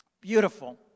beautiful